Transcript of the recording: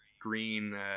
green